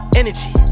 energy